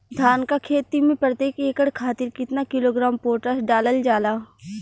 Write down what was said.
धान क खेती में प्रत्येक एकड़ खातिर कितना किलोग्राम पोटाश डालल जाला?